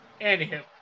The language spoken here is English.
Anywho